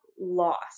lost